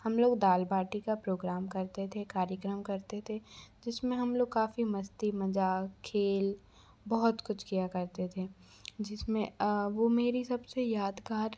हम लोग दाल बाटी का प्रोग्राम करते थे कार्यक्रम करते थे जिसमें हम लोग काफ़ी मस्ती मज़ाक खेल बहुत कुछ किया करते थे जिसमें वह मेरी सबसे यादगार